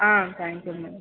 ah thank you madam